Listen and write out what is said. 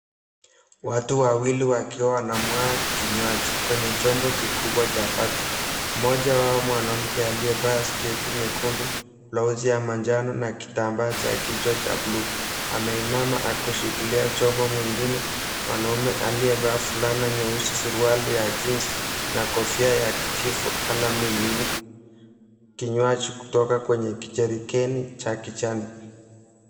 Watu wawili wakiwa wanamwaga kinywaji kwenye chombo kikubwa cha bati. Mmoja wao mwanamke aliyevaa sketi nyekundu, blauzi ya manjano na kitambaa cha kichwa cha bluu, ameinama kushikilia chombo. Mwingine mwanaume aliyevaa fulana nyeusi suruali ya jeans na kofia ya kijivu anamimina kinywaji kutoka kwenye kijerikeni cha kijani.